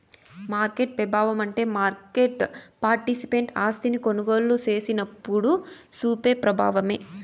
market పెబావమంటే market participant ఆస్తిని కొనుగోలు సేసినప్పుడు సూపే ప్రబావమే